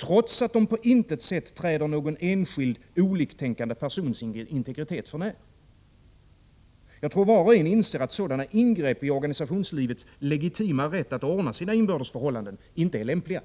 trots att de på intet sätt träder någon enskild, oliktänkande persons integritet för när. Jag tror var och en inser att sådana ingrepp i organisationslivets legitima rätt att ordna sina inbördes förhållanden inte är lämpliga.